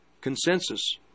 consensus